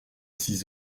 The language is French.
six